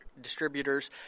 distributors